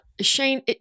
Shane